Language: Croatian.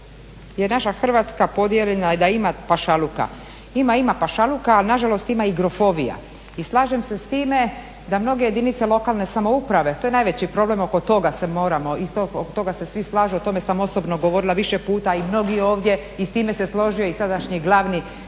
je naša Hrvatska podijeljena i da ima pašaluka. Ima, ima pašaluka ali na žalost ima i grofovija. I slažem se s time da mnoge jedinice lokalne samouprave to je najveći problem oko toga se moramo i oko toga se svi slažu, o tome sam osobno govorila više puta i mnogi ovdje i s time se složio i sadašnji glavni državni